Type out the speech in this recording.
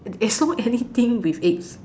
as long anything with eggs